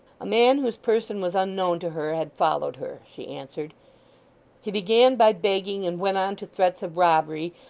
a man whose person was unknown to her had followed her, she answered he began by begging, and went on to threats of robbery,